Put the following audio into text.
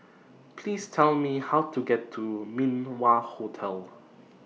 Please Tell Me How to get to Min Wah Hotel